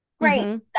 Great